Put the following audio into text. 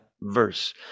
verse